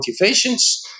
motivations